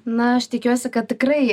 na aš tikiuosi kad tikrai